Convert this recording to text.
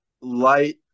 light